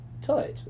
touch